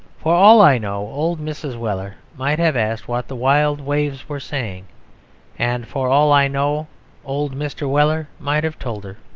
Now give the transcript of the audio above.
for all i know old mrs. weller might have asked what the wild waves were saying and for all i know old mr. weller might have told her.